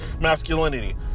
masculinity